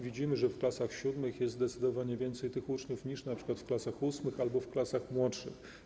Widzimy, że w klasach VII jest zdecydowanie więcej tych uczniów niż np. w klasach VIII albo klasach młodszych.